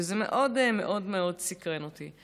וזה מאוד מאוד סיקרן אותי.